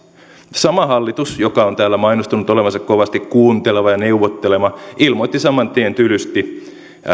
sama hallitus joka on täällä mainostanut olevansa kovasti kuunteleva ja neuvotteleva ilmoitti saman tien tylysti